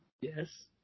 Yes